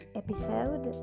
episode